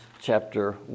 chapter